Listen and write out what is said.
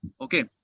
Okay